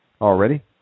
already